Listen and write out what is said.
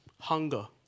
hunger